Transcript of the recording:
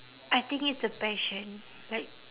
I think it's the passion like